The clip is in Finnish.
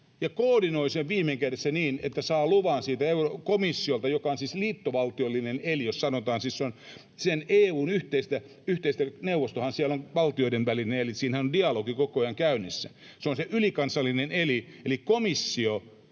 koordinoi sen viime kädessä niin, että saa luvan Euroopan komissiolta, joka on siis liittovaltiollinen elin, jos sanotaan — siis neuvostohan EU:ssa on valtioiden välinen elin, ja siinähän on dialogi koko ajan käynnissä, ja se on se ylikansallinen elin — eli komissio